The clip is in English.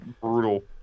brutal